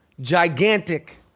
gigantic